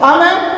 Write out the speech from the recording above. Amen